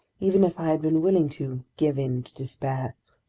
even if i had been willing to give in to despair,